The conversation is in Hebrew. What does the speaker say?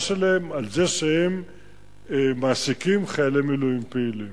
שלהם על כך שהם מעסיקים חיילי מילואים פעילים.